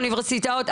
אוניברסיטאות.